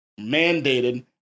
mandated